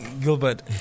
Gilbert